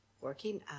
working